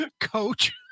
coach